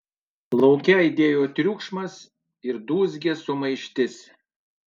lauke aidėjo triukšmas ir dūzgė sumaištis